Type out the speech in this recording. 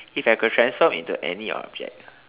if I could transform into any object